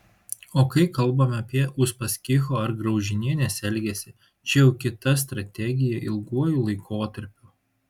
o kai kalbame apie uspaskicho ar graužinienės elgesį čia jau kita strategija ilguoju laikotarpiu